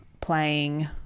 playing